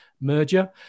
merger